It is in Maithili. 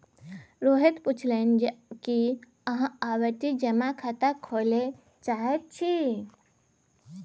रोहित पुछलनि जे की अहाँ आवर्ती जमा खाता खोलय चाहैत छी